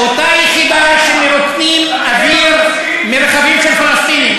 אותה יחידה שמרוקנים אוויר מרכבים של פלסטינים,